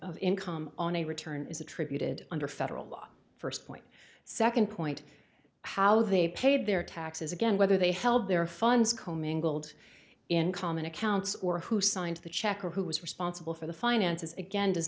of income on a return is attributed under federal law first point second point how they paid their taxes again whether they held their funds commingled in common accounts or who signed the check or who was responsible for the finances again does